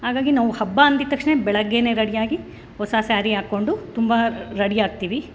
ಹಾಗಾಗಿ ನಾವು ಹಬ್ಬ ಅಂದಿದ್ದ ತಕ್ಷಣನೇ ಬೆಳಗ್ಗೆಯೇ ರೆಡಿಯಾಗಿ ಹೊಸ ಸ್ಯಾರಿ ಹಾಕ್ಕೊಂಡು ತುಂಬ ರೆಡಿಯಾಗ್ತೀವಿ